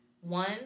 One